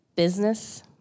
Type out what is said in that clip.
business